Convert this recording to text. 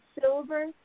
silver